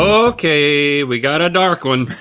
okay, we got a dark one.